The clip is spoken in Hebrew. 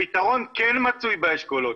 הפתרון כן מצוי באשכולות.